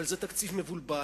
אבל זה תקציב מבולבל.